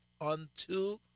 unto